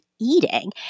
eating